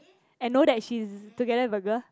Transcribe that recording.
and know that she's together with a girl